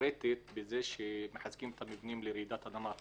רצינית בזה שמחזקים את המבנים לרעידת אדמה,